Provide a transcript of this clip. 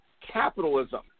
capitalism